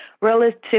relative